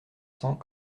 cents